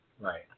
Right